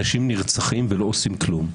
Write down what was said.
אנשים נרצחים ולא עושים כלום.